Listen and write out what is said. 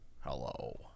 Hello